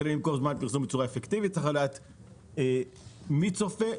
כדי למכור זמן פרסום בצורה אפקטיבית צריך לדעת מתי צופים,